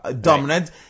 dominant